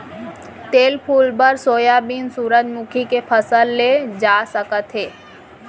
तेल फूल बर सोयाबीन, सूरजमूखी के फसल ले जा सकत हे